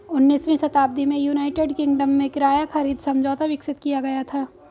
उन्नीसवीं शताब्दी में यूनाइटेड किंगडम में किराया खरीद समझौता विकसित किया गया था